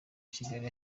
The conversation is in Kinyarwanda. kigali